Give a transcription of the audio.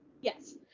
Yes